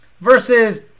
versus